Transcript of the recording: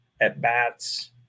at-bats